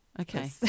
Okay